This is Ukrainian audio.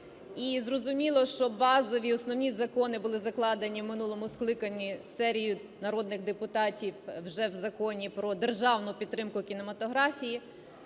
і, зрозуміло, що базові основні закони були закладені у минулому скликанні серією народних депутатів вже у Законі про державну підтримку кінематографії.